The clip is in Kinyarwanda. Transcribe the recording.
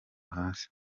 hasi